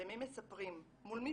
למי מספרים?